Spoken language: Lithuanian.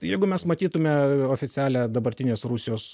jeigu mes matytume oficialią dabartinės rusijos